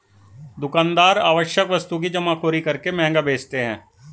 दुकानदार आवश्यक वस्तु की जमाखोरी करके महंगा बेचते है